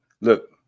Look